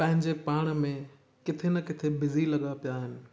पंहिंजे पाण में किथे न किथे बिज़ी लॻा पिया आहिनि